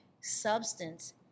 substance